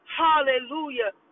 hallelujah